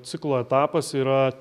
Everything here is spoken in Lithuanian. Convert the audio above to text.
ciklo etapas yra